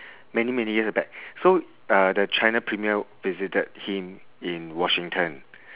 many many years back so uh the china premier visited him in washington